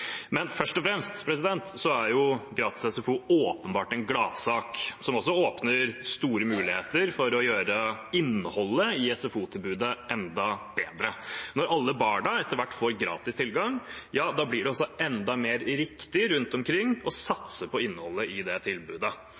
Men først og fremst er gratis SFO åpenbart en gladsak som også åpner store muligheter for å gjøre innholdet i SFO-tilbudet enda bedre. Når alle barna etter hvert får gratis tilgang, blir det også enda mer riktig rundt omkring å satse på innholdet i det tilbudet,